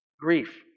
grief